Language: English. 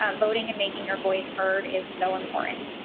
ah voting and making your voice heard is so important.